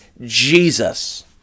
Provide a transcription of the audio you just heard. Jesus